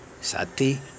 sati